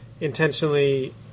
intentionally